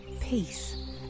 peace